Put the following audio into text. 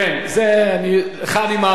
לך אני מאמין.